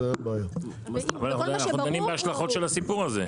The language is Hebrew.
אנחנו דנים בהשלכות של הסיפור הזה,